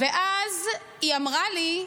ואז היא אמרה לי: